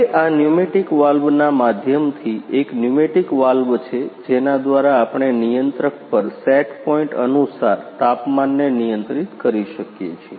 હવે આ ન્યુંમેટીક વાલ્વના માધ્યમથી એક ન્યુંમેટીક વાલ્વ છે જેના દ્વારા આપણે નિયંત્રક પર સેટ પોઇન્ટ અનુસાર તાપમાનને નિયંત્રિત કરી શકીએ છીએ